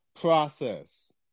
process